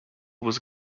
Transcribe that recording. was